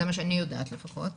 זה מה שאני יודעת לפחות.